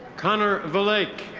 connor vlake.